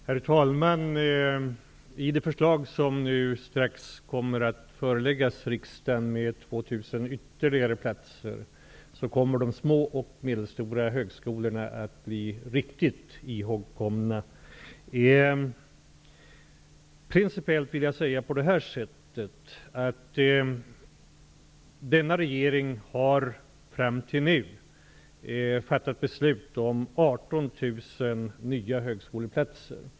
Herr talman! I det förslag som strax kommer att föreläggas riksdagen om ytterligare 2 000 högskoleplatser kommer de små och medelstora högskolorna att bli riktigt ihågkomna. Principiellt har denna regering fram till nu fattat beslut om 18 000 nya högskoleplatser.